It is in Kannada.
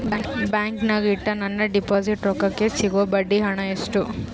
ಬ್ಯಾಂಕಿನಾಗ ಇಟ್ಟ ನನ್ನ ಡಿಪಾಸಿಟ್ ರೊಕ್ಕಕ್ಕೆ ಸಿಗೋ ಬಡ್ಡಿ ಹಣ ಎಷ್ಟು?